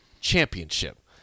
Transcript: championship